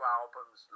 albums